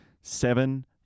seven